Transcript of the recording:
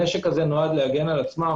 הנשק הזה נועד להגן על עצמם.